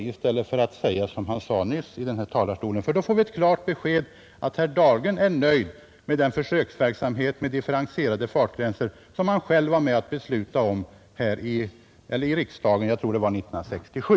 Då skulle vi få ett klart besked att herr Dahlgren nu är nöjd med den försöksverksamhet med differentierade hastighetsgränser som han själv var med och beslöt här i riksdagen, jag tror det var 1967.